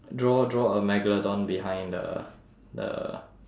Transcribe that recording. draw draw a megalodon behind the the